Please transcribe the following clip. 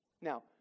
Now